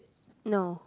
no